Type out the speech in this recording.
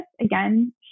again